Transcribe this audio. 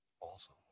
Awesome